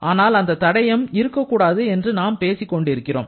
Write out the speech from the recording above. ஆனால் அந்த தடயம் இருக்கக்கூடாது என்று நாம் பேசிக் கொண்டிருக்கிறோம்